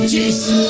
Jesus